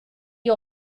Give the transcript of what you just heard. die